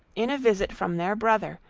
in a visit from their brother,